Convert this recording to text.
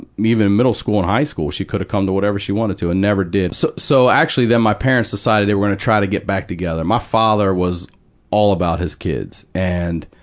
um, even in middle school and high school, she could've come to whatever she wanted to and never did. s-so so actually, then my parents decide they were gonna try to get back together. my father was all about his kids. and